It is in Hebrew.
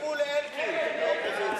תקשיבו לאלקין.